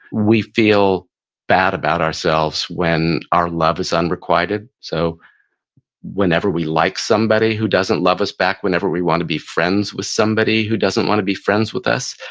we feel bad about ourselves when our love is unrequited, so whenever we like somebody who doesn't love us back, whenever we want to be friends with somebody who doesn't want to be friends with us.